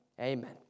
Amen